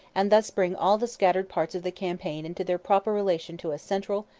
and thus bring all the scattered parts of the campaign into their proper relation to a central,